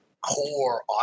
core